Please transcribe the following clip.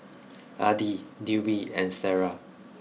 Adi Dwi and Sarah